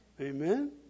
Amen